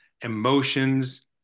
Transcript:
emotions